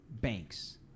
banks